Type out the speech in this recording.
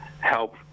help